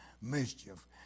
mischief